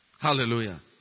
Hallelujah